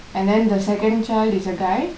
and then the second child is a guy